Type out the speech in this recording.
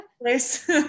place